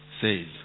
says